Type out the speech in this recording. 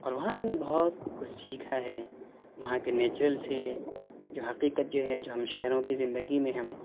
اور وہاں میں نے بہت کچھ سیکھا ہے وہاں کے نیچورل سے جو حقیقت جو ہے جو ہم شہروں کی زندگی میں ہم